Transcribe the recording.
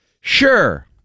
Sure